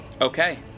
Okay